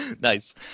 nice